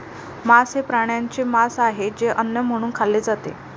मांस हे प्राण्यांचे मांस आहे जे अन्न म्हणून खाल्ले जाते